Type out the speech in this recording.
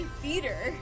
Theater